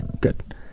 Good